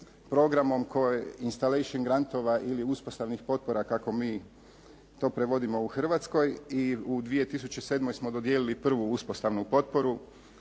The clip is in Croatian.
programom koji instalation ili uspostavnih potpora kako mi to prevodimo u Hrvatskoj i u 2007. smo dodijelili prvu uspostavnu potporu